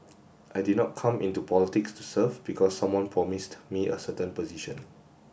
I did not come into politics to serve because someone promised me a certain position